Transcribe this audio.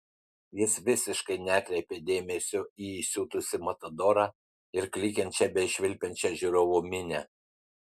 jis visiškai nekreipė dėmesio į įsiutusį matadorą ir klykiančią bei švilpiančią žiūrovų minią